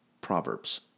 proverbs